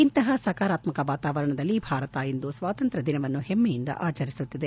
ಇಂತಹ ಸಕಾರಾತ್ಕಕ ವಾತಾವರಣದಲ್ಲಿ ಭಾರತ ಇಂದು ಸ್ವಾತಂತ್ರ್ಯ ದಿನವನ್ನು ಹೆಮ್ನೆಯಿಂದ ಆಚರಿಸುತ್ತಿದೆ